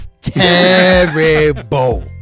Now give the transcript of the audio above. Terrible